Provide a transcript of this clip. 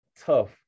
tough